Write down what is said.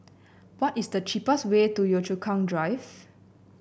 what is the cheapest way to Yio Chu Kang Drive